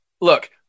look